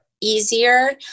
easier